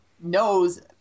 knows